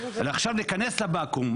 עכשיו להיכנס לוואקום.